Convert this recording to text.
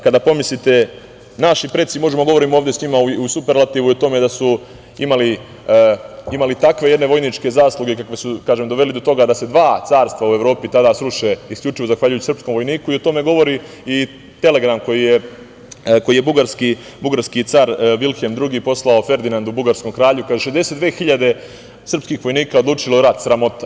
Kada pomislite – naši preci, možemo da govorimo o njima u superlativu i o tome da su imali takve vojničke zasluge kakve su dovele do toga, kažem, da se dva carstva u Evropi tada sruše, a isključivo zahvaljujući srpskom vojniku i o tome govori telegram koji je bugarski car Vilhem II poslao Ferdinandu, bugarskom kralju, kaže – 62.000 srpskih vojnika odlučilo je rat, sramota.